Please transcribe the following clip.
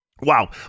wow